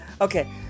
Okay